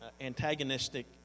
antagonistic